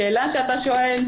השאלה שאתה שואל,